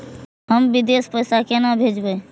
हम विदेश पैसा केना भेजबे?